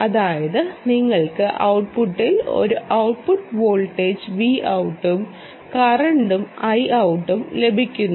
അതായത് നിങ്ങൾക്ക് ഔട്ട് പുട്ടിൽ ഒരു ഔട്ട്പുട്ട് വോൾട്ടേജ് Voutും കറണ്ട് Ioutും ലഭിക്കുന്നു